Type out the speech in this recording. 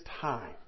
time